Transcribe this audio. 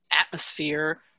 atmosphere